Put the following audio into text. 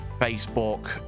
Facebook